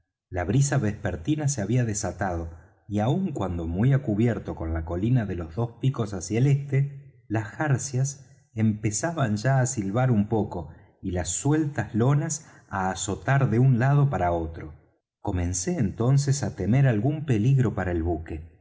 la brisa vespertina se había desatado y aun cuando muy á cubierto con la colina de los dos picos hacia el este las jarcias empezaban ya á silbar un poco y las sueltas lonas á azotar de un lado para otro comencé entonces á temer algún peligro para el buque